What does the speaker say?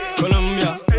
Colombia